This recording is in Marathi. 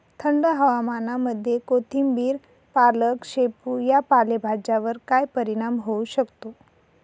थंड हवामानामध्ये कोथिंबिर, पालक, शेपू या पालेभाज्यांवर काय परिणाम होऊ शकतो?